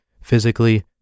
physically